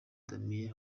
damien